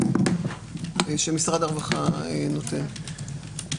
שמשרד הרווחה נותן.